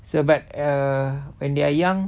so but err when they are young